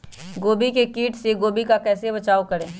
गोभी के किट से गोभी का कैसे बचाव करें?